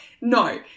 No